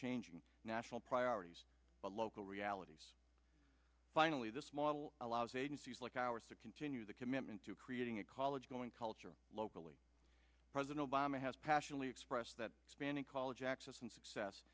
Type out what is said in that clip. changing national priorities by local realities finally this model allows agencies like ours to continue the commitment to creating a college going culture locally president obama has passionately expressed that expanding college access and success